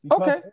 Okay